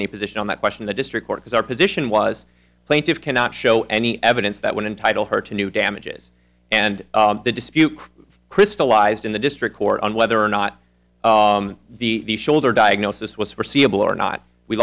any position on that question the district court was our position was plaintiff's cannot show any evidence that would entitle her to new damages and the dispute crystallized in the district court on whether or not the shoulder diagnosis was forseeable or not we